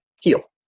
heal